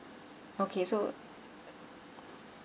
okay so